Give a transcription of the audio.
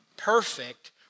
perfect